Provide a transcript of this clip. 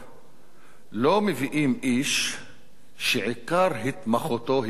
לא מביאים איש שעיקר התמחותו היא בסיכולים ממוקדים.